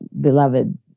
beloved